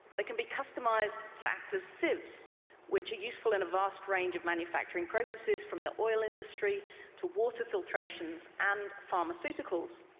they can be customised to act as sieves which are useful in a vast range of manufacturing processes from the oil industry to water filtrations and pharmaceuticals.